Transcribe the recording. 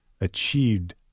achieved